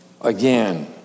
Again